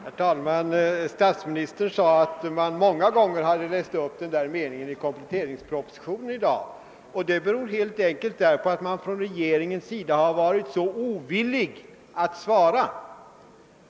Herr talman! Statsministern sade att en viss mening i kompletteringspropositionen har upplästs många gånger under debatten i dag. Att så skett beror helt enkelt på att man från regeringssidan har varit så ovillig att svara.